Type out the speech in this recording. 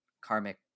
karmic